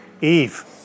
Eve